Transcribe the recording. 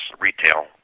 retail